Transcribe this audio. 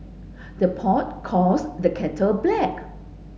the pot calls the kettle black